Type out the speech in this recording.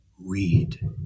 read